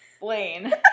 Blaine